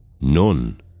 None